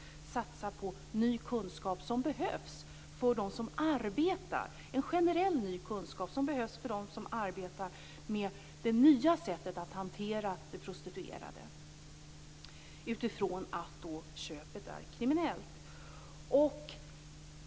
Varför inte satsa på en generell ny kunskap som behövs för dem som arbetar med det nya sättet att hantera de prostituerade utifrån att köpet är kriminellt?